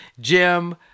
Jim